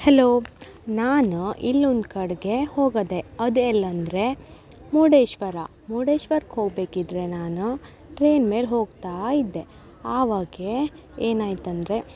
hello ನಾನು ಇಲ್ಲೊಂದು ಕಡೆಗೆ ಹೋಗಿದ್ದೆ ಅದು ಎಲ್ಲಂದರೆ ಮುರ್ಡೇಶ್ವರ ಮುಡೇಶ್ವರಕ್ಕೆ ಹೋಗಬೇಕಿದ್ರೆ ನಾನು ಟ್ರೇನ್ ಮೇಲೆ ಹೋಗ್ತಾ ಇದ್ದೆ ಆವಾಗ ಏನು ಆಯಿತಂದ್ರೆ